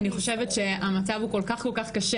אני חושבת שהמצב הוא כל כך כל כך קשה